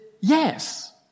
yes